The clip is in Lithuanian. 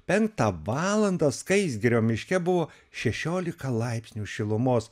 penktą valandą skaisgirio miške buvo šešiolika laipsnių šilumos